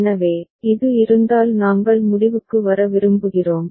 எனவே இது இருந்தால் நாங்கள் முடிவுக்கு வர விரும்புகிறோம்